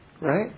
Right